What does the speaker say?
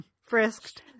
frisked